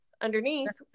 underneath